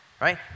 right